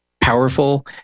powerful